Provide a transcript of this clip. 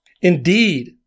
Indeed